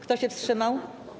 Kto się wstrzymał?